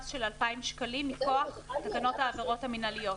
של 2,000 שקלים מכוח תקנות העבירות המנהליות,